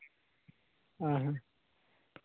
ᱦᱮᱸ